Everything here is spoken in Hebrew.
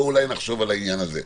ובואו נחשוב על העניין הזה.